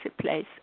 place